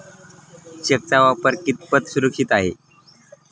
चेकचा वापर कितपत सुरक्षित आहे?